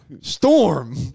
Storm